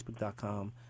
facebook.com